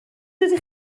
ydych